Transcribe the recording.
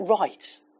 right